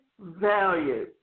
value